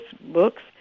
books